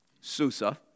Susa